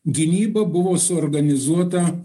gynyba buvo suorganizuota